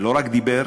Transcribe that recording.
ולא רק דיבר,